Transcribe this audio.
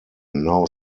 now